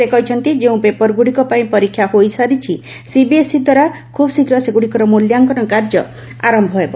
ସେ କହିଛନ୍ତି ଯେଉଁ ପେପରଗୁଡ଼ିକ ପାଇଁ ପରୀକ୍ଷା ହୋଇସାରିଛି ସିବିଏସ୍ଇ ଦ୍ୱାରା ଖୁବ୍ଶୀଘ୍ର ସେଗୁଡ଼ିକର ମୂଲ୍ୟାଙ୍କନ ଆରମ୍ଭ କରାଯିବ